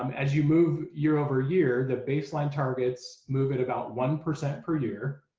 um as you move year over year the baseline targets move at about one percent per year.